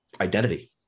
identity